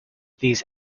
these